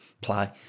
play